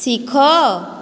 ଶିଖ